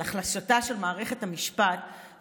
על החלשתה של מערכת המשפט,